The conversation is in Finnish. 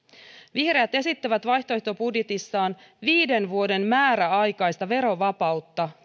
vihreät esittävät vaihtoehtobudjetissaan täyssähköautoille viiden vuoden määräaikaista verovapautta